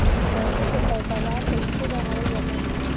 माटी के पैदावार कईसे बढ़ावल जाला?